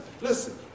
listen